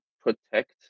protect